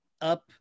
up